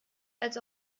als